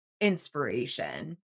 inspiration